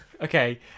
Okay